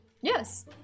yes